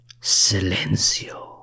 Silencio